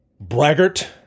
braggart